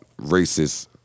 racist